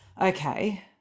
Okay